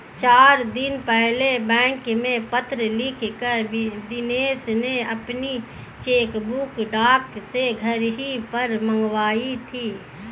चार दिन पहले बैंक में पत्र लिखकर दिनेश ने अपनी चेकबुक डाक से घर ही पर मंगाई थी